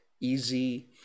easy